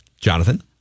Jonathan